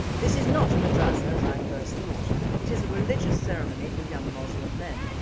this is not a madrassar as i first thought it is a religious seminary for young moslem men,